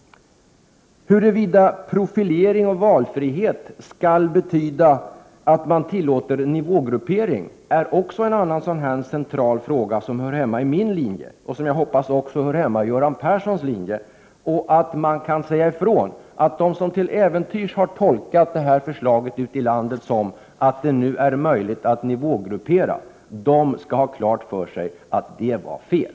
Huruvida profilering och valfrihet skall betyda att man tillåter nivågruppering är en annan central fråga, som hör hemma i min linje, och som jag hoppas också hör hemma i Göran Perssons linje. Det gäller att man säger ifrån att de som ute i landet till äventyrs har tolkat det här förslaget så att det nu är möjligt att nivågruppera, de skall ha klart för sig att det var fel.